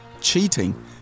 cheating